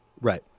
Right